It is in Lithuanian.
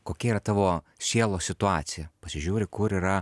kokia yra tavo sielos situacija pasižiūri kur yra